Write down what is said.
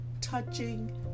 touching